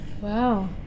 Wow